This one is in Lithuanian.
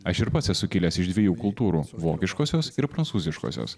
aš ir pats esu kilęs iš dviejų kultūrų vokiškosios ir prancūziškosios